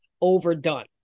overdone